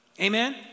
Amen